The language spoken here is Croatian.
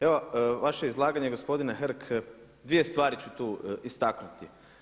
Evo vaše izlaganje gospodine Hrg, dvije stvari ću tu istaknuti.